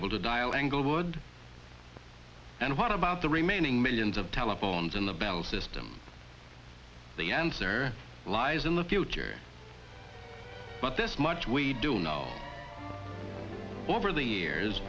able to dial englewood and what about the remaining millions of telephones in the bell system the answer lies in the future but this much we do know over the years